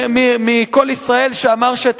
ראינו שדרן מ"קול ישראל" שאמר שאת